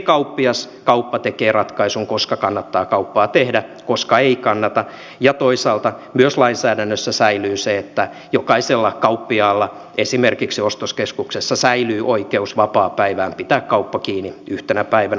kauppias kauppa tekee ratkaisun koska kannattaa kauppaa tehdä koska ei kannata ja toisaalta myös lainsäädännössä säilyy se että jokaisella kauppiaalla esimerkiksi ostoskeskuksessa säilyy oikeus vapaapäivään pitää kauppa kiinni yhtenä päivänä